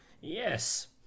yes